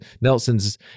Nelson's